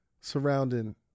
surrounding